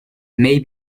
may